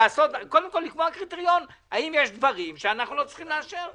קודם כל לקבוע קריטריון האם יש דברים שאנחנו לא צריכים לאשר?